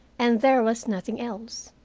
and there was nothing else.